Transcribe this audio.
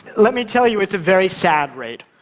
let me tell you, it's a very sad read.